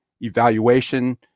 evaluation